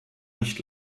nicht